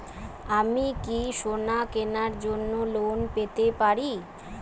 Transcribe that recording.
আমি কি সোনা কেনার জন্য লোন পেতে পারি?